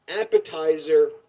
appetizer